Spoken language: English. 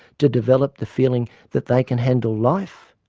to develop the feeling that they can handle life?